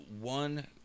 one